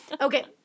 Okay